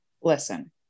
listen